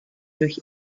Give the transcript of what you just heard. durch